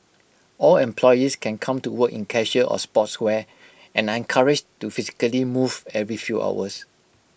all employees can come to work in casual or sportswear and are encouraged to physically move every few hours